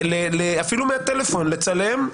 אפילו לצלם בטלפון,